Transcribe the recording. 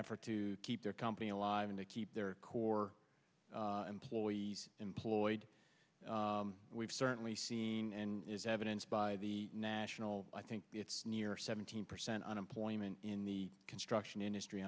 effort to keep their company alive and to keep their core employees employed we've certainly i mean and is evidenced by the national i think it's near seventeen percent unemployment in the construction industry